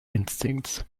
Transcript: instincts